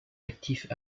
actifs